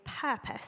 purpose